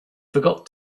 forgot